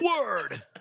Word